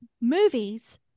movies